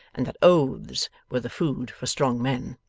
and that oaths were the food for strong men.